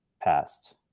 passed